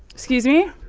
excuse me?